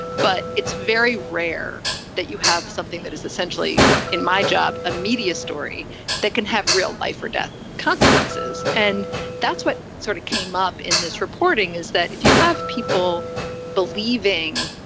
but it's very rare that you have something that is essentially in my job, a media story that can have real life or death consequences. and that's what sort of came up in this reporting, is that if you have people believing,